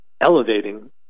elevating